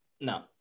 No